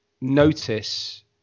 notice